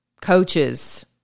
coaches